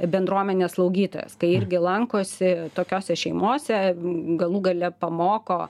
bendruomenės slaugytojas kai irgi lankosi tokiose šeimose galų gale pamoko